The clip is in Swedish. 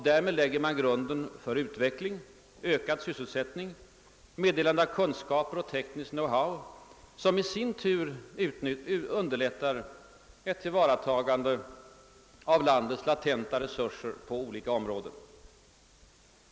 Därmed lägger man grunden till utveckling, ökad sysselsättning, meddelande av kunskaper och tekniskt »know-how», som i sin tur underlättar ett tillvaratagande av landets latenta resurser på olika områden.